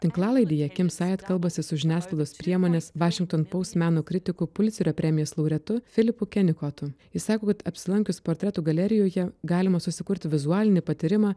tinklalaidėje kim sajat kalbasi su žiniasklaidos priemonės vašington paust meno kritikų pulicerio premijos laureatu filipu kenikotu jis sako kad apsilankius portretų galerijoje galima susikurti vizualinį patyrimą